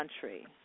country